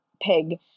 pig